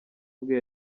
bwe